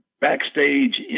backstage